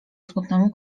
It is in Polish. smutnemu